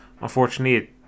unfortunately